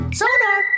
sonar